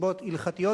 מסיבות הלכתיות,